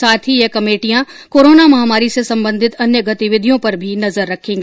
साथ ही यह कमेटियां कोरोना महामारी से सबंधित अन्य गतिविधियों पर भी नजर रखेंगी